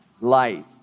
light